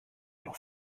noch